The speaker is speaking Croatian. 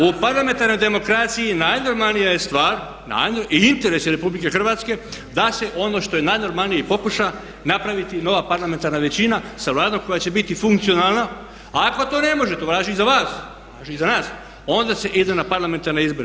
U parlamentarnoj demokraciji najnormalnija je stvar i interes Republike Hrvatske da se ono što je najnormalnije i pokuša napraviti nova parlamentarna većina sa Vladom koja će biti funkcionalna, a ako to ne može, to važi i za vas i za nas, onda se ide na parlamentarne izbore.